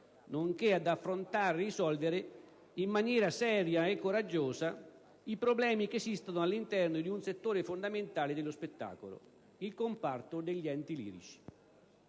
nonché ad affrontare e risolvere in maniera seria e coraggiosa i problemi che esistono all'interno di un settore fondamentale dello spettacolo: il comparto degli enti lirici.